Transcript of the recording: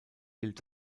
gilt